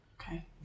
Okay